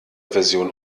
version